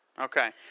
Okay